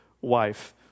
wife